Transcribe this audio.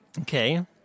Okay